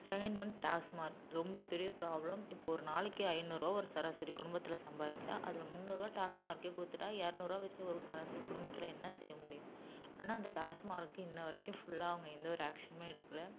second one TASMAC ரொம்ப பெரிய problem இப்போ ஒரு நாளைக்கு ஐநூறு ரூவா ஒரு சராசரி குடும்பத்தில் சம்பாரிச்சா அதில் முன்னூர்ரூவா டாஸ்மாக்கே கொடுத்துட்டா இரநூறுவா வச்சு ஒரு சராசரி குடும்பத்தில் என்ன செய்ய முடியும் ஆனால் அந்த டாஸ்மாக்கு இன்ன வரைக்கும் ஃபுல்லாக அவங்க எந்த ஒரு ஆக்ஷனுமே எடுக்கலை